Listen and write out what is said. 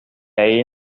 ahí